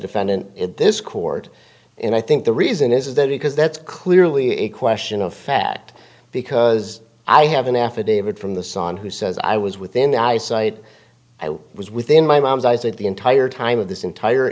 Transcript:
defendant in this court and i think the reason is that because that's clearly a question of fact because i have an affidavit from the son who says i was within eyesight i was within my mom's eyes at the entire time of this entire